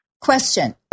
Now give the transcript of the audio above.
Question